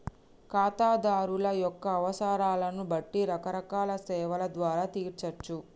ఖాతాదారుల యొక్క అవసరాలను బట్టి రకరకాల సేవల ద్వారా తీర్చచ్చు